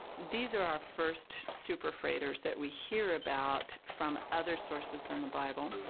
these are our first super freighters that we hear about from other sources than the bible.